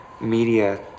media